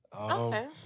Okay